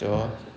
ya lor